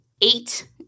eight